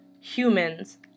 humans